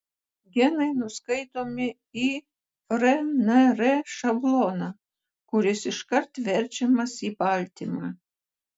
genai nuskaitomi į rnr šabloną kuris iškart verčiamas į baltymą